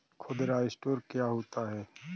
खुदरा स्टोर क्या होता है?